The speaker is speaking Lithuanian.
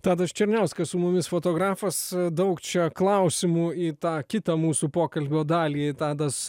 tadas černiauskas su mumis fotografas daug čia klausimų į tą kitą mūsų pokalbio dalį tadas